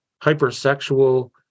hypersexual